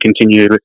continue